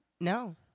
No